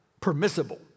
permissible